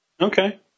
Okay